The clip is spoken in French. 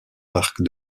parc